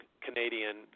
Canadian